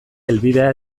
helbidea